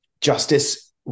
justice